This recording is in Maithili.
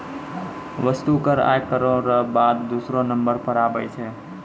वस्तु कर आय करौ र बाद दूसरौ नंबर पर आबै छै